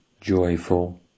joyful